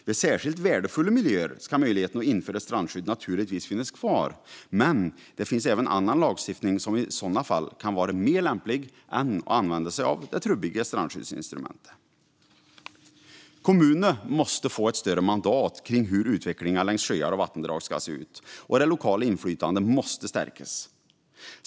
Vid särskilt värdefulla miljöer ska möjligheten att införa strandskydd naturligtvis finnas kvar, men det finns även annan lagstiftning som i sådana fall kan vara mer lämplig att använda än det trubbiga strandskyddsinstrumentet. Kommunerna måste få ett större mandat för hur utvecklingen längs sjöar och vattendrag ska se ut, och det lokala inflytandet måste stärkas.